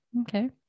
Okay